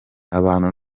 abantu